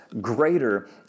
greater